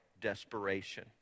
desperation